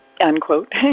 Unquote